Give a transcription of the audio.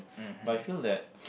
but I feel that